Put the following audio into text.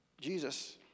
Jesus